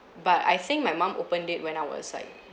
but I think my mum opened it when I was like